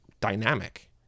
dynamic